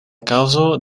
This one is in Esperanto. kaŭzo